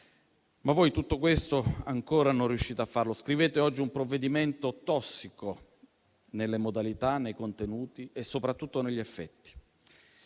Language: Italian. Voi però ancora non riuscite a fare tutto questo. Scrivete oggi un provvedimento tossico nelle modalità, nei contenuti e soprattutto negli effetti.